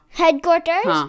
headquarters